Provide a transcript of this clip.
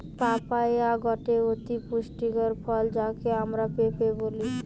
papaya গটে অতি পুষ্টিকর ফল যাকে আমরা পেঁপে বলি